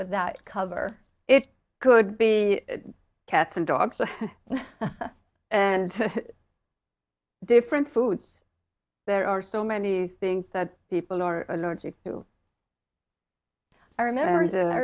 with that cover it could be cats and dogs and different foods there are so many things that people are allergic to our